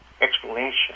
explanation